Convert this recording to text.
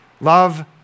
Love